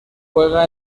juega